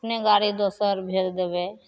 अपने गाड़ी दोसर भेजि देबै